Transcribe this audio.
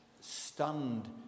stunned